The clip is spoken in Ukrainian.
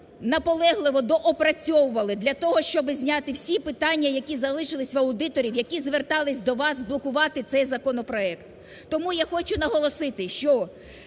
наполегливо доопрацьовували для того, щоб зняти всі питання, які залишилися в аудиторів, які зверталися до вас блокувати цей законопроект. Тому я хочу наголосити, що